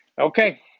okay